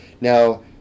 Now